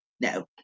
No